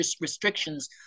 restrictions